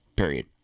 Period